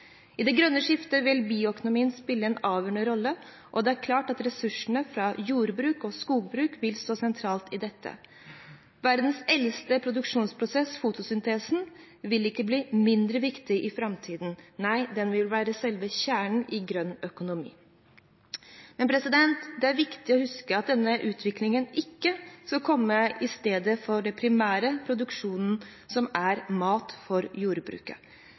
I det grønne skiftet vil bioøkonomien spille en avgjørende rolle, og det er klart at ressursene fra jordbruk og skogbruk vil stå sentralt i dette. Verdens eldste produksjonsprosess, fotosyntesen, vil ikke bli mindre viktig i framtiden – nei, den vil være selve kjernen i grønn økonomi. Men det er viktig å huske at denne utviklingen ikke skal komme i stedet for den primære produksjonen i jordbruket, som er mat.